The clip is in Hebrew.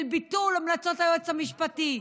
של ביטול המלצות היועץ המשפטי.